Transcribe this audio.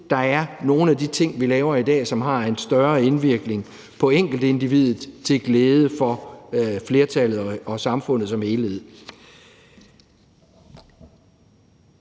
der er nogle af de ting, vi laver i dag, som har en større indvirkning på enkeltindividet til glæde for flertallet og samfundet som helhed.